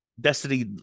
Destiny